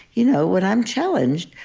you know, when i'm challenged,